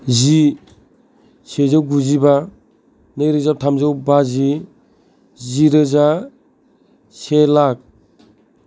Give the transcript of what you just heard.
जि सेजौ गुजिबा नैरोजा थामजौ बाजि जिरोजा से लाख